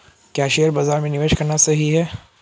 क्या शेयर बाज़ार में निवेश करना सही है?